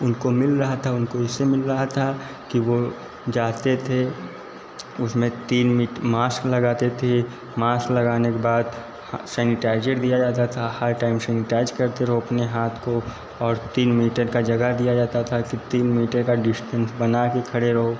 उनको मिल रहा था उनको इससे मिल रहा था कि वो जाते थे उसमें तीन मीट मास्क लगाते थे मास लगाने के बाद हा सैनिटाइजर दिया जाता था हर टाइम शैनिटाइज करते रहो अपने हाथ को और तीन मीटर का जगह दिया था कि तीन मीटर का डिस्टेंस बनाके खड़े रहो